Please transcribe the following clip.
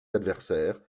adversaires